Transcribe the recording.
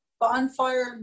bonfire